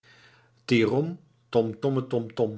bereikt tiromtomtommetomtom